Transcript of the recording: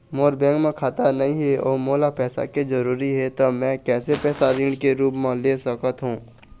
मोर bank म खाता नई हे अउ मोला पैसा के जरूरी हे त मे कैसे पैसा ऋण के रूप म ले सकत हो?